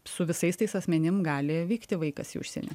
su visais tais asmenim gali vykti vaikas į užsienį